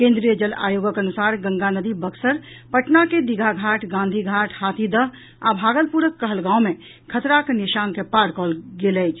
केंद्रीय जल आयोगक अनुसार गंगा नदी बक्सर पटना के दीघाघाट गांधीघाट हाथीदह आ भागलपुरक कहलगांव मे खतराक निशान के पार कऽ गेल अछि